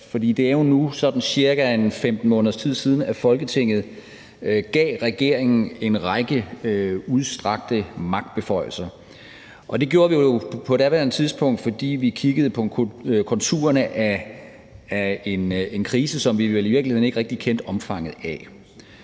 det er jo nu sådan ca. 15 måneders tid siden, at Folketinget gav regeringen en række udstrakte magtbeføjelser. Det gjorde vi jo på daværende tidspunkt, fordi vi kiggede på konturerne af en krise, som vi vel i